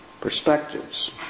perspectives